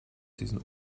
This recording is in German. diesen